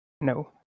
No